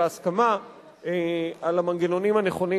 בהסכמה על המנגנונים הנכונים,